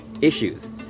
issues